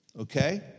okay